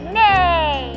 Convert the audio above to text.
nay